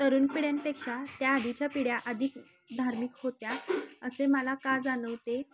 तरुण पिढ्यांपेक्षा त्या आधीच्या पिढ्या अधिक धार्मिक होत्या असे मला का जाणवते